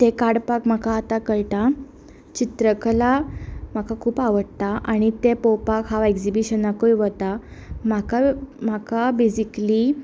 तें काडपाक म्हाका आतां कळटा चित्रकला म्हाका खूब आवडटा आनी ते पोवपाक हांव एक्जिबिशनाकूय वता म्हाका म्हाका बेजिकली